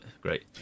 Great